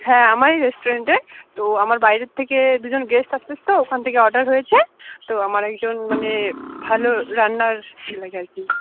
হ্যাঁ আমার রেস্টুরেন্টে তো আমার বাইরের থেকে দুজন গেস্ট আসতেছে তো ওখান থেকে অর্ডার হয়েছে তো আমার একজন মানে ভালো রান্নার ইয়ে লাগে আর কি